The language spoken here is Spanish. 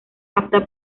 apta